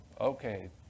Okay